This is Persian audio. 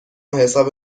حساب